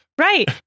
Right